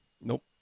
Nope